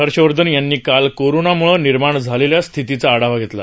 हर्षवर्धन यांनी काल कोरोना मुळं निर्माण झालक्या स्थितीचा आढावा घप्रला